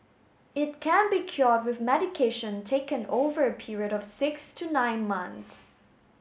it can be cured with medication taken over a period of six to nine months